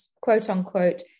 quote-unquote